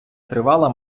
тривала